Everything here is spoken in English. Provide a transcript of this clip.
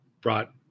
brought